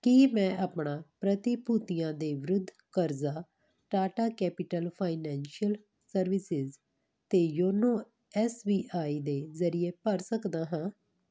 ਕੀ ਮੈਂ ਆਪਣਾ ਪ੍ਰਤੀਭੂਤੀਆਂ ਦੇ ਵਿਰੁੱਧ ਕਰਜ਼ਾ ਟਾਟਾ ਕੈਪੀਟਲ ਫਾਈਨੈਂਸ਼ੀਅਲ ਸਰਵਿਸਿਜ਼ ਅਤੇ ਯੋਨੋ ਐਸ ਬੀ ਆਈ ਦੇ ਜ਼ਰੀਏ ਭਰ ਸਕਦਾ ਹਾਂ